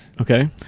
okay